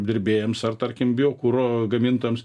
apdirbėjams ar tarkim biokuro gamintojams